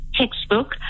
textbook